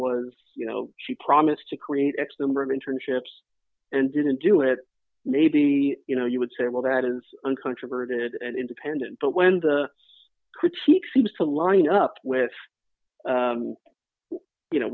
was you know she promised to create x number of internships and didn't do it maybe you know you would say well that is uncontroverted and independent but when it's critique seems to line up with you know